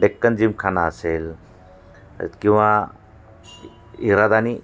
डेक्कन जीमखाना असेल किंवा हिरादानी